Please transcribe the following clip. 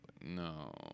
No